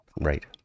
right